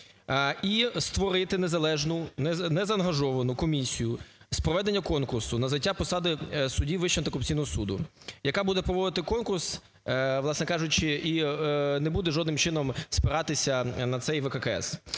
і створити незалежну, незаангажовану комісію з проведення конкурсу на зайняття посади судді Вищого антикорупційного суду, яка буде проводити конкурс, власне кажучи, і не буде жодним чином спиратися на цей ВККС.